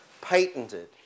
patented